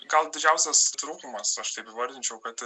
gal didžiausias trūkumas aš taip įvardinčiau kad